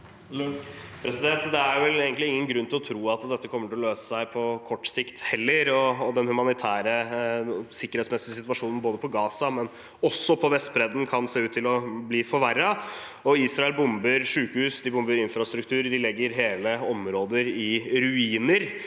Det er vel egentlig ingen grunn til å tro at dette kommer til å løse seg på kort sikt heller, og den humanitære og sikkerhetsmessige situasjonen både på Gaza og på Vestbredden kan se ut til å bli forverret. Israel bomber sykehus, de bomber infrastruktur, de legger hele områder i ruiner.